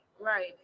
right